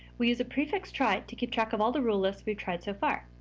we use a prefix trie to keep track of all the rule lists we've tried so far.